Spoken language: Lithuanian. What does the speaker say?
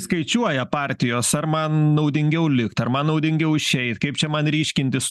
skaičiuoja partijos ar man naudingiau likt ar man naudingiau išeit kaip čia man ryškintis